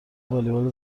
والیبال